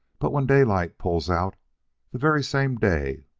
but when daylight pulls out, the very same day,